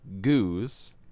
Goose